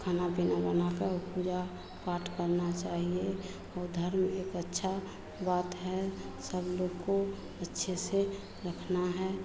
खाना पीना बनाकर और पूजा पाठ करना चाहिए ओ धर्म एक अच्छा बात है सब लोग को अच्छे से रखना है